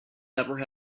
never